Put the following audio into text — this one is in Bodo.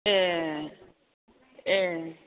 ए ए